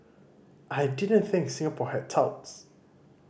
I didn't think Singapore had touts